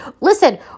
Listen